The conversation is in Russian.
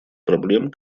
проблем